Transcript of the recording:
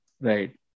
Right